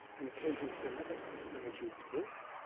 an occasion for another sayagyi talk,